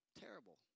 Terrible